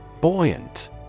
Buoyant